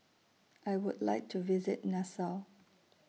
I Would like to visit Nassau